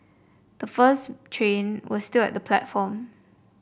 the first train was still at the platform